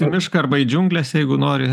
į mišką arba į džiungles jeigu nori